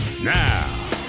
Now